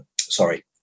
sorry